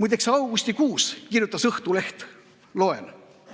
Muideks, augustikuus kirjutas Õhtuleht, et